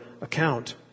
account